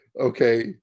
okay